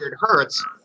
hertz